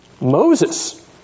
Moses